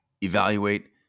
evaluate